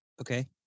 Okay